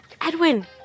Edwin